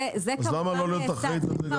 אז למה לא להיות אחראית על זה?